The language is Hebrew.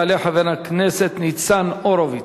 יעלה חבר הכנסת ניצן הורוביץ,